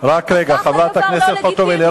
הפכתם אותו ללא לגיטימי.